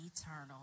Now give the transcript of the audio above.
eternal